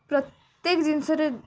ପ୍ରତ୍ୟେକ ଜିନିଷରେ